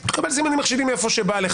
אתה תקבל סימנים מחשידים מאיפה שבא לו.